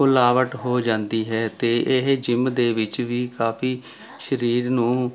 ਫੁਲਾਵਟ ਹੋ ਜਾਂਦੀ ਹੈ ਅਤੇ ਇਹ ਜਿਮ ਦੇ ਵਿੱਚ ਵੀ ਕਾਫ਼ੀ ਸਰੀਰ ਨੂੰ